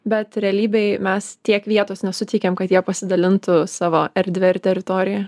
bet realybėj mes tiek vietos nesuteikiam kad jie pasidalintų savo erdve ir teritorija